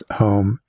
home